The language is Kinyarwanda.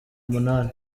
umunani